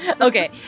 Okay